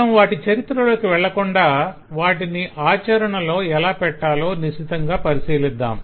మనం వాటి చరిత్రలోకి వెళ్ళకుండా వాటిని ఆచరణలో ఎలా పెట్టాలో నిశితంగా పరిశీలిద్దాం